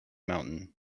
mountain